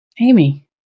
Amy